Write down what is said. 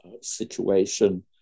situation